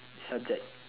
subject